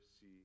see